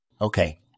Okay